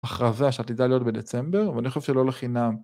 הכרזה שעתידה להיות בדצמבר, ואני חושב שלא לחינם.